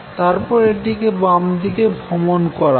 তারপর এটি বামদিকে ভ্রমন করবে